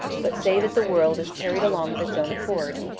but say that the world is carried along of its own accord,